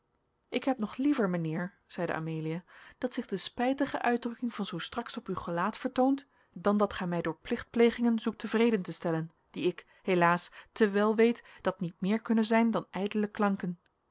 ik heb nog liever mijnheer zeide amelia dat zich de spijtige uitdrukking van zoo straks op uw gelaat vertoont dan dat gij mij door plichtplegingen zoekt tevreden te stellen die ik helaas te wel weet dat niet meer kunnen zijn dan ijdele klanken